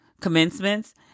commencements